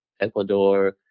Ecuador